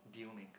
deal maker